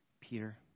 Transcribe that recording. Peter